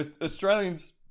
Australians